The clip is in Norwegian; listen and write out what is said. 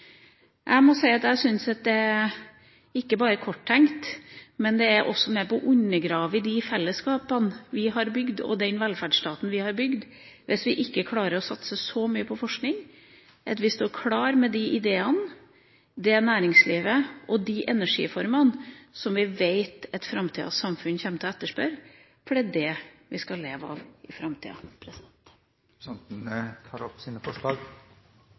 Jeg må si at ikke bare er det korttenkt, men det er også med på å undergrave det fellesskapet vi har bygd, og den velferdsstaten vi har bygd, hvis vi ikke klarer å satse så mye på forskning at vi står klare med de ideene, det næringslivet og de energiformene som vi vet at framtidas samfunn kommer til å etterspørre, for det er det vi skal leve av i framtida! Representanten Trine Skei Grande har tatt opp